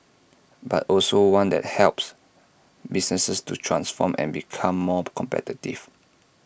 but also one that helps businesses to transform and become more competitive